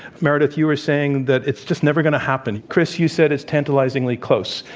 meredith, you were saying that it's just never going to happen chris, you said it's tantalizingly close.